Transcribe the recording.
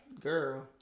Girl